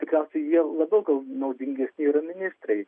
tikriausiai jie labiau gal naudingesni yra ministrei